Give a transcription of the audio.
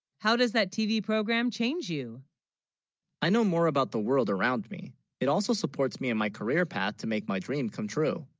how, does that tv program change you i know more about the world around me it also supports, me in my career path to make, my dream come true